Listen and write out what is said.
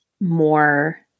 more